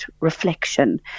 reflection